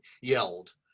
yelled